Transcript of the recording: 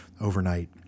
overnight